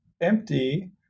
empty